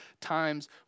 times